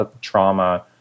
trauma